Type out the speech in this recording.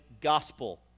gospel